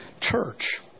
church